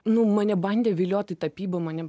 nu mane bandė viliot į tapybą mane